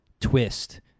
twist